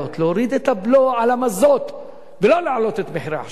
להוריד את הבלו על המזוט ולא להעלות את מחירי החשמל.